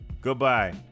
Goodbye